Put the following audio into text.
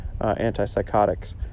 antipsychotics